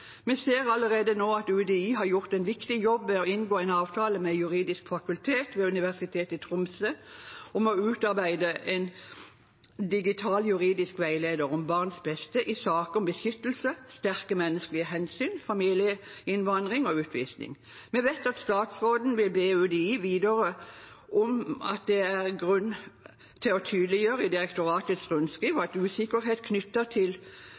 Vi ser allerede nå at UDI har gjort en viktig jobb ved å inngå en avtale med juridisk fakultet ved Universitetet i Tromsø om å utarbeide en digital juridisk veileder om barnets beste i saker om beskyttelse, sterke menneskelige hensyn, familieinnvandring og utvisning. Vi vet at statsråden vil be UDI vurdere om det er grunn til å tydeliggjøre i direktoratets rundskriv at usikkerhet knyttet til